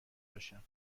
باشم